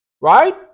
Right